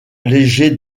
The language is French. léger